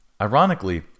Ironically